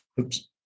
Oops